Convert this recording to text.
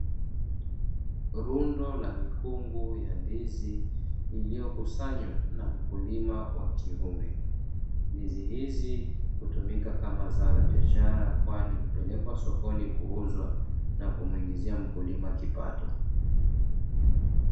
Rundo la mikungu ya ndizi iliyokusanywa na mkulima wa kiume, ndizi hizi hutumika kama zao la biashara kwani hupelekwa sokoni kuuzwa na kumuingizia mkulima kipato.